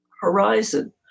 horizon –